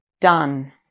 Done